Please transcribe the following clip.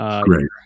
great